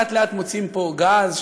לאט-לאט מוצאים פה גז,